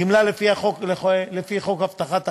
גמלה לפי חוק הבטחת הכנסה,